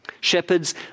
Shepherds